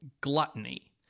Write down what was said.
Gluttony